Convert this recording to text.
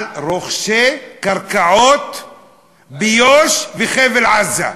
על רוכשי קרקעות ביו"ש וחבל-עזה.